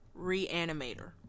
Reanimator